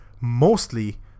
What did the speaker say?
mostly